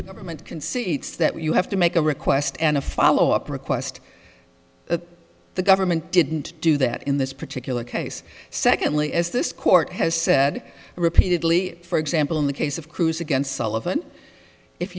government concedes that you have to make a request and a follow up request the government didn't do that in this particular case secondly as this court has said repeatedly for example in the case of cruz against sullivan if